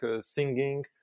singing